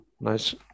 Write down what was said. nice